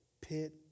pit